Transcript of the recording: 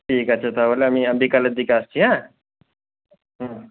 ঠিক আছে তাহলে আমি বিকালের দিকে আসছি হ্যাঁ হুম